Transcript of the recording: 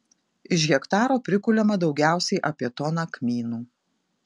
iš hektaro prikuliama daugiausiai apie toną kmynų